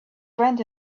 friend